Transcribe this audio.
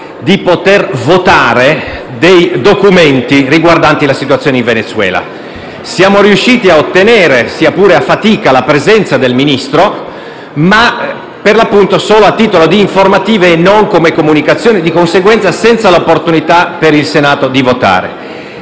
di poter votare dei documenti riguardanti la situazione in Venezuela. Siamo riusciti a ottenere, sia pure a fatica, la presenza del Ministro, ma solo a titolo di informativa e non di comunicazione e, di conseguenza, senza l'opportunità per il Senato di votare.